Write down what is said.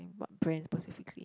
and what brands specifically